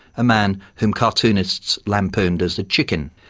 a man whom cartoonists lampooned as a chicken.